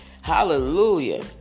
Hallelujah